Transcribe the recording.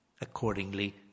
accordingly